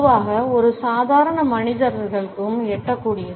பொதுவாக இது சாதாரண மனிதர்களுக்கு எட்டக்கூடியது